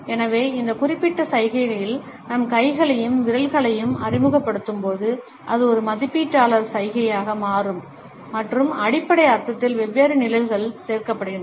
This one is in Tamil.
எனவே இந்த குறிப்பிட்ட சைகையில் நம் கைகளையும் விரல்களையும் அறிமுகப்படுத்தும்போது அது ஒரு மதிப்பீட்டாளர் சைகையாக மாறும் மற்றும் அடிப்படை அர்த்தத்தில் வெவ்வேறு நிழல்கள் சேர்க்கப்படுகின்றன